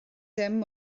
dim